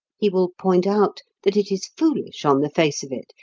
he will point out that it is foolish on the face of it,